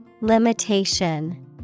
Limitation